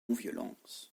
violence